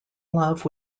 love